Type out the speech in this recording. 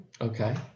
Okay